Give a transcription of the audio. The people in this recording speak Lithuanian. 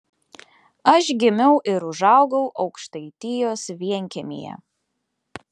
aš gimiau ir užaugau aukštaitijos vienkiemyje